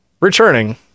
returning